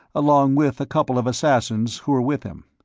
along with a couple of assassins who were with him.